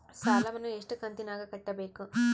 ಸಾಲವನ್ನ ಎಷ್ಟು ಕಂತಿನಾಗ ಕಟ್ಟಬೇಕು?